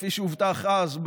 כפי שהובטח אז,